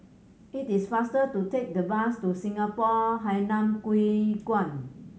it is faster to take the bus to Singapore Hainan Hwee Kuan